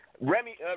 Remy